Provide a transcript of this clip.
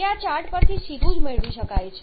તે આ ચાર્ટ પરથી સીધું જ મેળવી શકાય છે